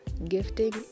Gifting